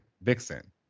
vixen